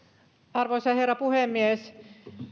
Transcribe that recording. arvoisa herra puhemies